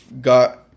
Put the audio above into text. got